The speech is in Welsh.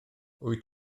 wyt